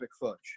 Fudge